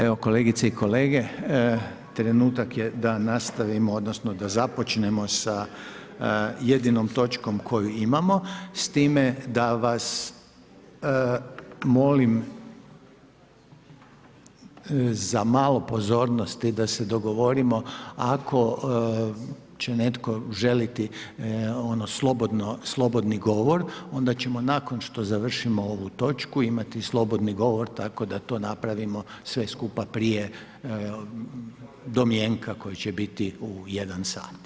Evo kolegice i kolege, trenutak je da nastavimo odnosno da započnemo sa jedinom točkom koju imamo, s time da vas molim za malo pozornosti da se dogovorimo ako će netko želiti ono slobodni govor onda ćemo nakon što završimo ovu točku imati slobodni govor, tako da to napravimo sve skupa prije domjenka koji će biti u jedan sat.